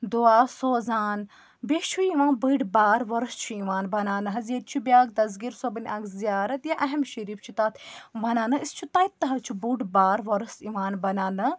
دُعا سوزان بیٚیہِ چھِ یِوان بٔڑۍ بار وۄرُس چھِ یِوان بَناونہٕ حظ ییٚتہِ چھُ بیٛاکھ دسگیٖر صٲبنۍ اَکھ زِیارت یا اہم شریٖف چھِ تَتھ ونان أسۍ چھُ تَتہِ تہِ حظ چھُ بوٚڑ بار وۄرُس یِوان بناونہٕ